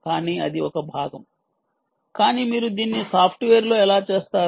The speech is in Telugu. కానీ అది ఒక భాగం కానీ మీరు దీన్ని సాఫ్ట్వేర్లో ఎలా చేస్తారు